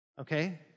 okay